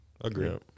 agree